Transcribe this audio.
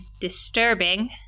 disturbing